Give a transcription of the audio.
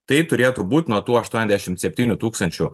tai turėtų būt nuo tų aštuoniasdešimt septynių tūkstančių